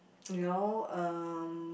you know um